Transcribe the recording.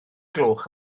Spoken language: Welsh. gloch